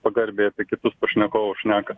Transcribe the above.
pagarbiai apie kitus pašnekovus šneka